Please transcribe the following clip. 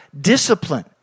discipline